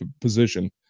position